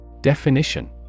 Definition